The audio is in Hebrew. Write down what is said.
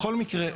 בכל מקרה,